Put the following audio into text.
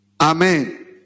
Amen